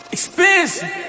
Expensive